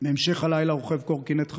בהמשך הלילה רוכב קורקינט חשמלי,